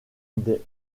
des